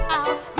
out